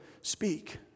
speak